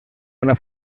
una